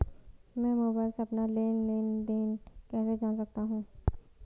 मैं मोबाइल से अपना लेन लेन देन कैसे जान सकता हूँ?